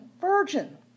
virgin